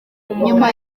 nyuma